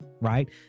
right